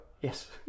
Yes